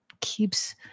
keeps